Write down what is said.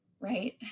Right